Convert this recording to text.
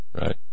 right